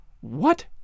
What